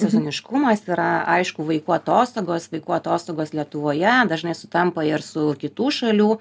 sezoniškumas yra aišku vaikų atostogos vaikų atostogos lietuvoje dažnai sutampa ir su kitų šalių